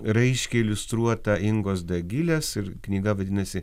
raiškiai iliustruota ingos dagilės ir knyga vadinasi